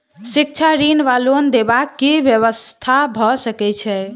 शिक्षा ऋण वा लोन देबाक की व्यवस्था भऽ सकै छै?